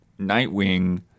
Nightwing